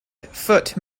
foote